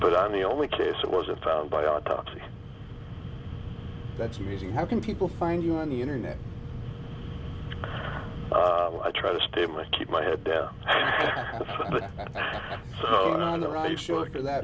but on the only case it wasn't found by autopsy that's amazing how can people find you on the internet i try to stay my keep my head down so the roommates you look at that